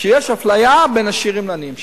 שיש אפליה בין עשירים לעניים שם.